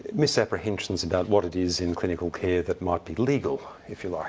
misapprehensions about what it is in clinical care that might be legal, if you like.